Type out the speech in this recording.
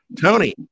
Tony